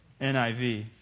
NIV